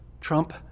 Trump